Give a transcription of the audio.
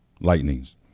lightnings